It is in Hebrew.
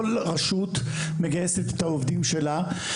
כל רשות מגייסת את העובדים שלה.